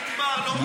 נגמר לו הזמן.